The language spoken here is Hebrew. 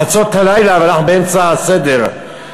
חצות הלילה ואנחנו באמצע הסדר.